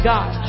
God